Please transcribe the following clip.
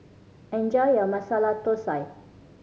enjoy your Masala Thosai